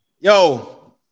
Yo